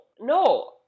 no